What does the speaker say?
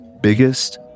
biggest